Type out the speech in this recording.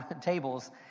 tables